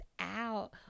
out